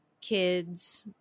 Kids